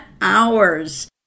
hours